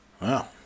Wow